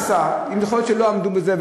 יכול להיות שלא עמדו בזה,